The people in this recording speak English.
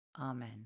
amen